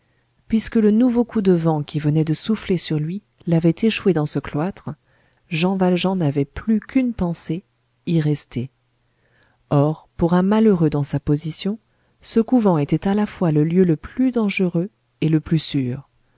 puisque le nouveau coup de vent qui venait de souffler sur lui l'avait échoué dans ce cloître jean valjean n'avait plus qu'une pensée y rester or pour un malheureux dans sa position ce couvent était à la fois le lieu le plus dangereux et le plus sûr